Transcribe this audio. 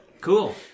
Cool